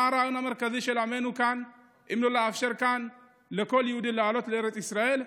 מה הרעיון המרכזי של עמנו כאן אם לא לאפשר לכל יהודי לעלות לארץ ישראל,